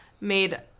made